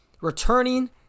returning